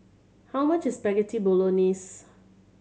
how much is Spaghetti Bolognese